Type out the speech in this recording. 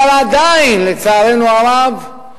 אבל עדיין, לצערנו הרב,